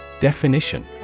Definition